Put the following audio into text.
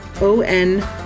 O-N